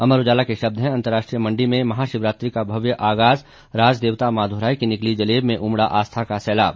अमर उजाला के शब्द हैं अंतरराष्ट्रीय मंडी में महा शिवरात्रि का भव्य आगाज़ राजदेवता माधो राय की निकली जलेब में उमड़ा आस्था का सैलाब